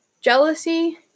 Jealousy